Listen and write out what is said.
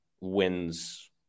wins